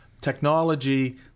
technology